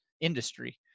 industry